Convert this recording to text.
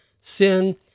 sin